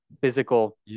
physical